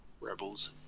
Rebels